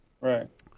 Right